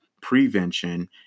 prevention